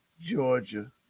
Georgia